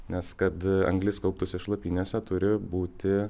nes kad anglis kauptųsi šlapynėse turi būti